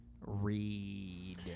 read